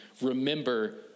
remember